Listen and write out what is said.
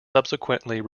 subsequently